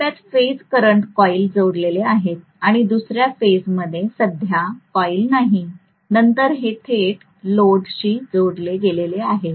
टप्प्यात phase current coil जोडलेले आहेत आणि दुसर्या फेजमध्ये सध्या कॉईल नाही नंतर हे थेट लोडशी जोडलेले आहे